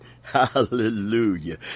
Hallelujah